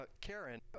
Karen